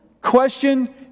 question